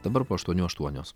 dabar po aštuonių aštuonios